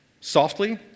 softly